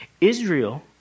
Israel